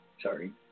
sorry